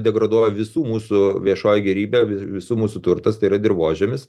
degraduoja visų mūsų viešoji gėrybė visų mūsų turtas tai yra dirvožemis